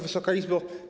Wysoka Izbo!